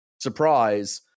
Surprise